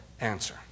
answer